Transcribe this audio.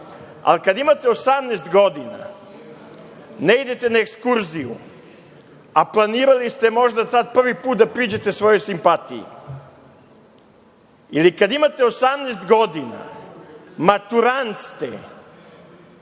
ali kada imate 18 godina ne idete na ekskurziju, a planirali ste možda tad prvi put da priđete svojoj simpatiji, ili kada imate 18 godina, maturant ste